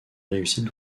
réussite